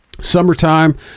Summertime